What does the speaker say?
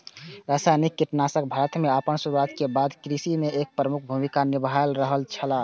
रासायनिक कीटनाशक भारत में आपन शुरुआत के बाद से कृषि में एक प्रमुख भूमिका निभाय रहल छला